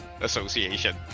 association